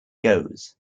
goes